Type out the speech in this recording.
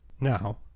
Now